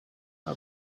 how